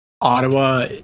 Ottawa